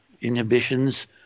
inhibitions